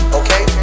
okay